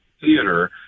theater